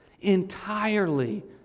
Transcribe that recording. entirely